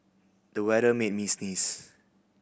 the weather made me sneeze